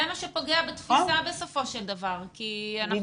זה מה שפוגע בתפיסה בסופו של דבר כי אנחנו